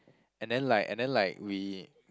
and then like and then like we